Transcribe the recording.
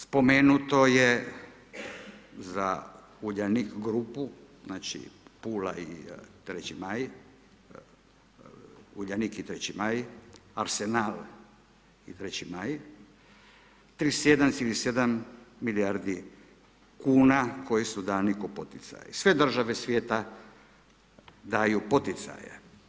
Spomenuto je za Uljanik grupu, znači Pula i Treći maj, Uljanik i Treći maj, Arsenal i Treći maj 31,7 milijardi kuna koje su dani kao poticaji, sve države svijeta daju poticaje.